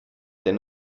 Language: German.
denn